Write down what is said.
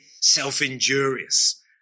self-injurious